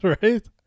Right